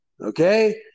okay